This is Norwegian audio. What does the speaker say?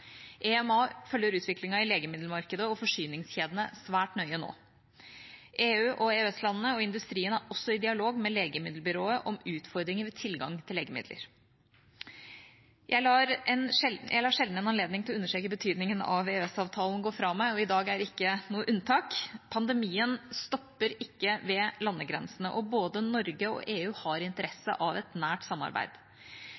EMA følger utviklingen i legemiddelmarkedet og forsyningskjedene svært nøye nå. EU/EØS-landene og industrien er også i dialog med legemiddelbyrået om utfordringer ved tilgang til legemidler. Jeg lar sjelden en anledning til å understreke betydningen av EØS-avtalen gå fra meg, og i dag er ikke noe unntak. Pandemien stopper ikke ved landegrensene, og både Norge og EU har